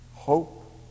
Hope